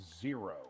zero